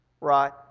right